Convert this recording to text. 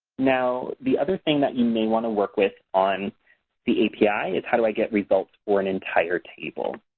now, the other thing that you may want to work with on the api is how do i get results for an entire table.